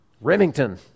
Remington